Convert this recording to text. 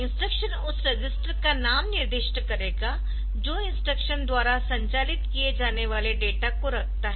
instruction उस register का नाम निर्दिष्ट करेगा जो इंस्ट्रक्शन द्वारा संचालित किए जाने वाले डेटा को रखता है